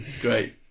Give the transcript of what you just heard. Great